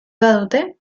badute